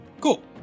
Cool